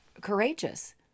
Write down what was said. courageous